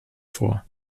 vor